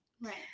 Right